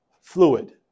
fluid